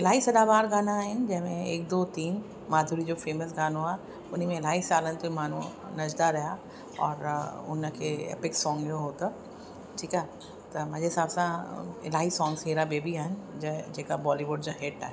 इलाही सदाबहार गाना आहिनि जंहिंमें एक दो तीन माधुरी जो फेमस गानो आहे उन में इलाही सालनि ते माण्हूं नचंदा रहिया और उन खे एपिक सॉन्ग हुयो हो त ठीकु आहे त मुंहिंजे हिसाब सां इलाही सॉन्ग्स हेड़ा बे बि आहिनि जंहिं जेका बॉलीवुड जा हिट आहिनि